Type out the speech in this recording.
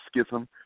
schism